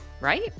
right